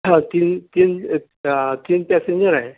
ہا تین تین آ تین پیسنجر ہیں